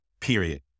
period